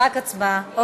רק הצבעה.